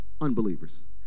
unbelievers